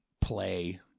play